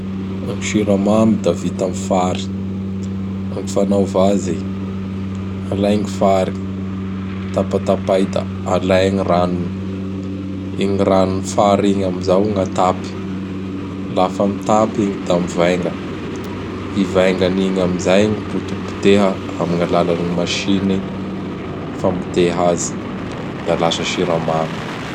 Gny siramamy da vita am fary. Gny fanaova azy: "Alay gny fary, tapatapahy da alay gny ranony. Igny ranon'ny fary igny am zao gn' atapy. Lafa mitapy igny da mivainga. I vainganin'igny amin'izay gn potepoteha am gn' alalan'ny machiny famoteha azy; da lasa siramamy. "